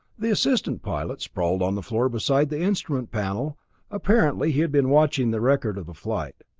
the assistant pilot sprawled on the floor beside the instrument panel apparently he had been watching the record of the flight.